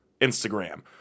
Instagram